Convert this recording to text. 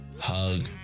hug